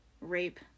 rape